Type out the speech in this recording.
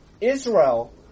Israel